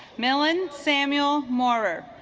melon samuel maurer